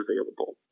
available